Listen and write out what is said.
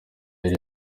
yari